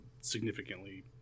significantly